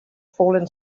fallen